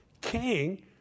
king